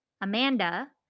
Amanda